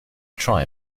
try